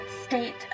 state